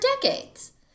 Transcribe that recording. decades